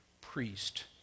priest